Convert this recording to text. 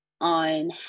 on